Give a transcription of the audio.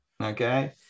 Okay